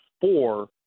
four